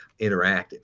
interactive